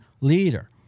leader